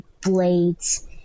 blades